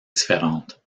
différente